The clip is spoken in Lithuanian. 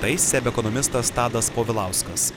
tai seb ekonomistas tadas povilauskas